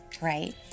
right